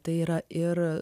tai yra ir